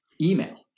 email